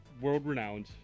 world-renowned